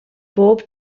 bob